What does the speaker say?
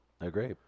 Agree